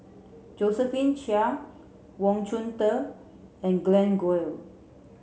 Josephine Chia Wang Chunde and Glen Goei